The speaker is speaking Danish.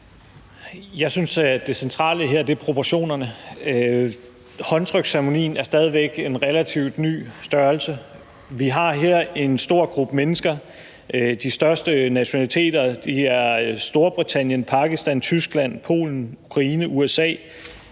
Jeg synes, at det centrale her er proportionerne. Håndtryksceremonien er stadig væk en relativt ny størrelse. Vi har her en stor gruppe mennesker, hvor den største gruppe er fra Storbritannien, Pakistan, Tyskland, Polen, Ukraine, USA,